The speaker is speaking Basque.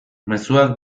mezuak